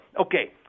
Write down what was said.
Okay